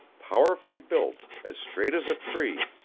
powerfully built, as straight as a tree,